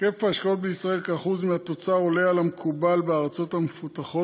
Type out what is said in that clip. היקף ההשקעות בישראל כאחוז מהתוצר עולה על המקובל בארצות המפותחות,